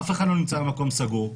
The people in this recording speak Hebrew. אף אחד לא נמצא במקום סגור,